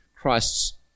Christ's